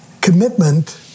commitment